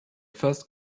first